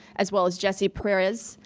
as well as jessie perez,